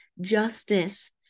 justice